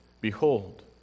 behold